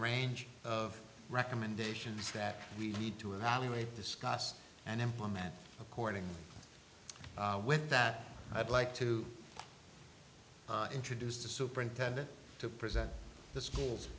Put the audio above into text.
range of recommendations that we need to evaluate discuss and implement according with that i'd like to introduce the superintendent to present the schools